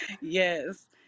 Yes